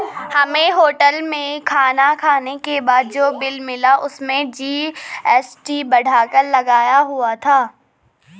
हमें होटल में खाना खाने के बाद जो बिल मिला उसमें जी.एस.टी बढ़ाकर लगाया हुआ था